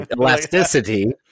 elasticity